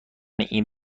این